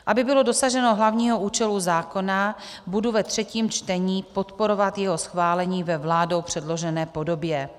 Aby bylo dosaženo hlavního účelu zákona, budu ve třetím čtení podporovat jeho schválení ve vládou předložené podobě.